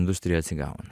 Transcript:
industrija atsigauna